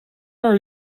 are